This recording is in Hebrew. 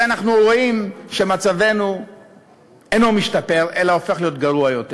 הרי אנחנו רואים שמצבנו אינו משתפר אלא הופך להיות גרוע יותר.